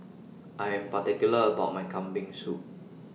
I Am particular about My Kambing Soup